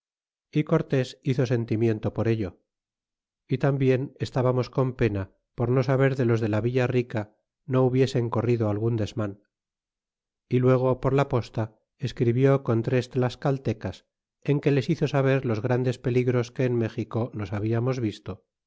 y cortés hizo sentimiento por ello y lambien estábamos con pena por no saber de los de la villa rica no hubiesen corrido algun desman y luego por la posta escribió con tres tlascaltecas en que les hizo saber los grandes peligros que en méxico nos habiamos visto